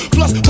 Plus